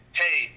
hey